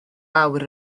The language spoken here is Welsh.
awr